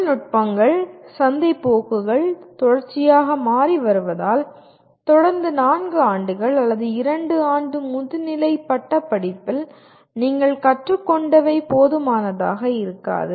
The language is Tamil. தொழில்நுட்பங்கள் சந்தை போக்குகள் தொடர்ச்சியாக மாறி வருவதால் தொடர்ந்து 4 ஆண்டுகள் அல்லது 2 ஆண்டு முதுநிலை பட்டப்படிப்பில் நீங்கள் கற்றுக்கொண்டவை போதுமானதாக இருக்காது